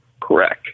Correct